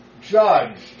judged